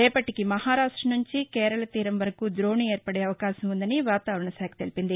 రేపటికి మహారాష్ట నుంచి కేరళ తీరం వరకు ద్రోణి ఏర్పడే అవకాశం ఉందని వాతావరణశాఖ తెలిపింది